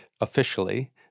officially